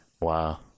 Wow